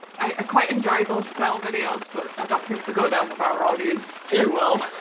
i quite enjoy those style videos, but i don't think they go down with our audience too well.